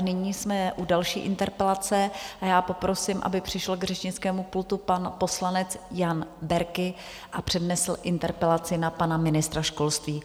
Nyní jsme u další interpelace a já poprosím, aby přišel k řečnickému pultu pan poslanec Jan Berki a přednesl interpelaci na pana ministra školství.